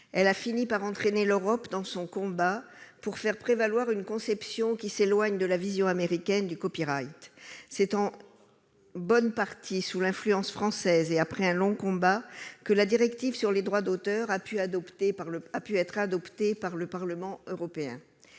Elle a fini par entraîner l'Europe dans son combat pour faire prévaloir une conception autre que celle, américaine, du. C'est en bonne partie sous l'influence française, et après un long combat, que la directive sur le droit d'auteur a pu être adoptée par le Parlement européen.